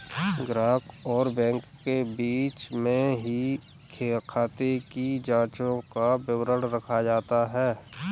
ग्राहक और बैंक के बीच में ही खाते की जांचों का विवरण रखा जाता है